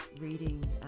reading